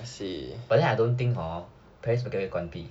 but then hor I don't think hor paris baguette 会关闭